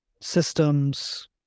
systems